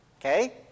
Okay